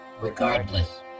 Regardless